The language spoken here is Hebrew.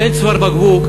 אין צוואר בקבוק,